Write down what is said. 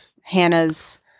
Hannah's